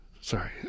Sorry